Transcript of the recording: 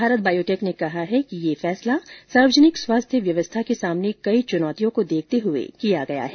Bharat Biotech ने कहा है कि यह फैसला सार्वजनिक स्वास्थ्य व्यवस्था के सामने कई चुनौतियों को देखते हुए किया गया हैं